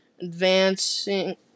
advancing